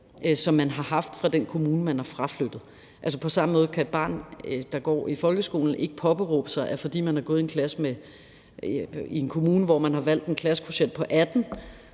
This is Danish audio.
som man har haft i den kommune, man er fraflyttet. På samme måde kan et barn, der går i folkeskolen, ikke påberåbe sig, at fordi man som elev har gået i en klasse i en kommune, hvor man har valgt en klassekvotient på 18,